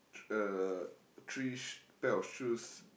uh three sh~ pair of shoes